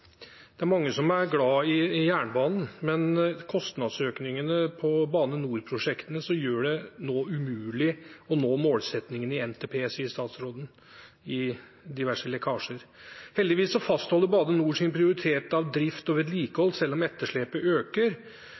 Det er mange som er glad i jernbanen, men kostnadsøkningene på Bane NOR-prosjektene gjør det nå umulig å nå målsettingene i NTP, sier statsråden – i diverse lekkasjer. Heldigvis fastholder Bane NOR sin prioritet av drift og vedlikehold, selv om etterslepet øker.